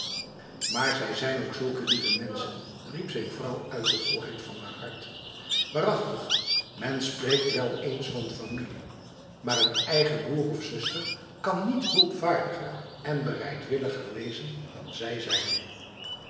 maar zij zijn ook zulke lieve mensen riep zijn vrouw uit de volheid van haar hart waarachtig men spreekt wel eens van familie maar een eigen broer of zuster kan niet hulpvaardiger en bereidwilliger wezen dan zij zijn